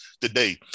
today